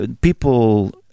people